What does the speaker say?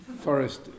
forest